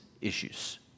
issues